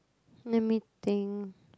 let me think